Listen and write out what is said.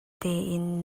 tein